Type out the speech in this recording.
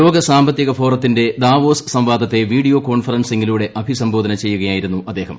ലോക സാമ്പത്തിക ഫോറത്തിന്റെ ദാവോസ് സംവാദത്തെ വീഡിയോ കോൺഫറൻസിങ്ങിലൂടെ അഭിസംബോധന ചെയ്യുകയായിരുന്നു അദ്ദേഹം